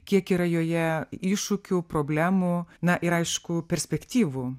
kiek yra joje iššūkių problemų na ir aišku perspektyvu